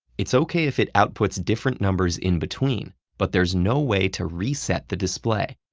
it's okay if it outputs different numbers in between, but there's no way to reset the display,